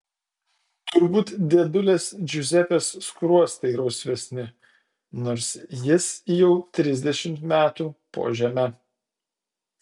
turbūt dėdulės džiuzepės skruostai rausvesni nors jis jau trisdešimt metų po žeme